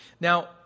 Now